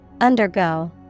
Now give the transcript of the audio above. Undergo